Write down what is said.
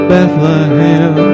Bethlehem